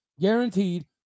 guaranteed